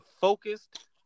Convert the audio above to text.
focused